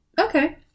okay